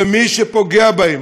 ומי שפוגע בהן,